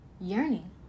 yearning